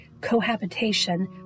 cohabitation